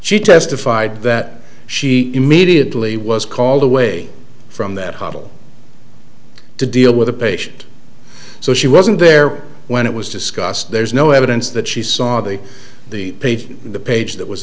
she testified that she immediately was called away from that hoddle to deal with a patient so she wasn't there when it was discussed there's no evidence that she saw the the page the page that was